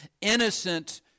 Innocent